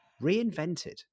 Reinvented